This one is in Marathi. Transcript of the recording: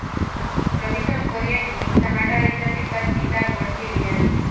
रविशंकर यांनी चणाडाळीच्या पीकाची लागवड केली आहे